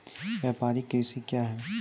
व्यापारिक कृषि क्या हैं?